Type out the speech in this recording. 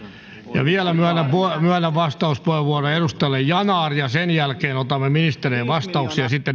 vielä myönnän vastauspuheenvuoron edustajalle yanar ja sen jälkeen otamme ministerien vastauksia ja sitten